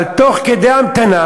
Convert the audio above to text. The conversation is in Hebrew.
אבל תוך כדי ההמתנה.